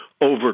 over